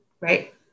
right